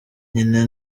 nyina